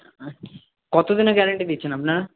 কত দিনের গ্যারেন্টি দিচ্ছেন আপনারা